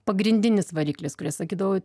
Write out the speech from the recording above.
pagrindinis variklis kuris sakydavau